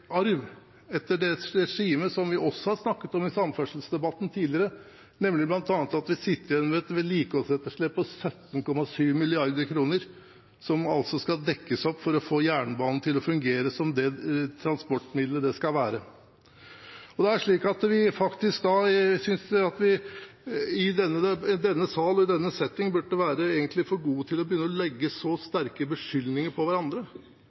arv etter deres regime, som vi også har snakket om i samferdselsdebatter tidligere, nemlig at vi sitter med bl.a. et vedlikeholdsetterslep på 17,7 mrd. kr, som skal dekkes opp for å få jernbanen til å fungere som det transportmiddelet det skal være. Vi burde i denne sal, i denne setting, være for god til å rette så sterke beskyldninger mot hverandre. Det er slik at den statsråden som kom inn i fjor, overtok en del prosjekter som han er med og klipper snoren på.